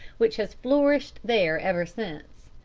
which has flourished there ever since.